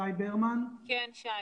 כן, שי.